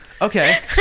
Okay